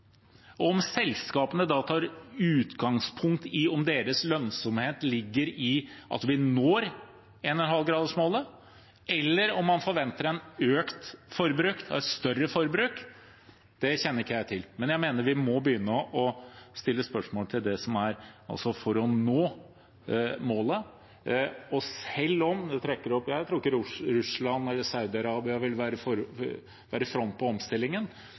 Om selskapene da tar utgangspunkt i om deres lønnsomhet ligger i at vi når 1,5-gradersmålet, eller om man forventer et økt forbruk og et større forbruk, det kjenner ikke jeg til, men jeg mener vi må begynne å stille spørsmål til det, for å nå målet. Jeg tror ikke Russland eller Saudi-Arabia vil være i front på omstillingen,